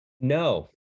No